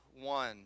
one